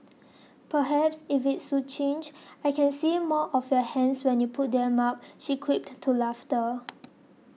perhaps if it's succinct I can see more of your hands when you put them up she quipped to laughter